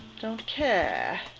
don't care.